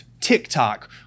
TikTok